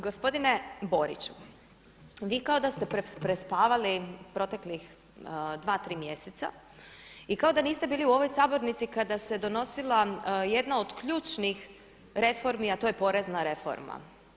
Gospodine Boriću, vi kao da ste prespavali proteklih dva, tri mjeseca i kao da niste bili u ovoj sabornici kada se donosila jedna od ključnih reformi, a to je porezna reforma.